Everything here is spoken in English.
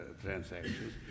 transactions